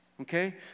okay